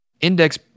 index